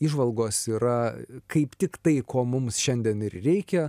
įžvalgos yra kaip tik tai ko mums šiandien ir reikia